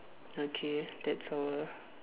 okay that's all